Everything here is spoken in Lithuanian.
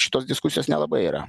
šitos diskusijos nelabai yra